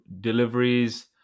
deliveries